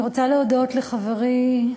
אני רוצה להודות לחברי,